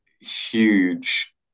huge